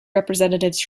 representatives